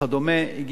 הגיעו למסקנה